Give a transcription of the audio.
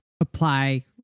apply